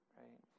right